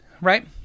right